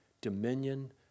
dominion